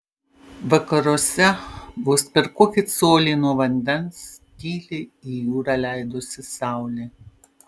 vakaruose vos per kokį colį nuo vandens tyliai į jūrą leidosi saulė